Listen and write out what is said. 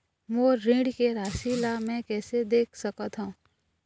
मोर ऋण के राशि ला म कैसे देख सकत हव?